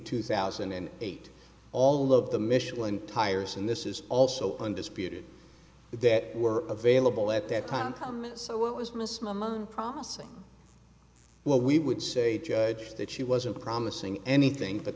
two thousand and eight all of the michelin tires and this is also undisputed that were available at that time so what was miss mama promising well we would say judge that she wasn't promising anything but